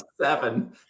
seven